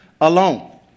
alone